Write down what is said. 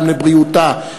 גם לבריאותה,